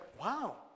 wow